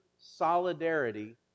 solidarity